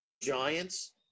Giants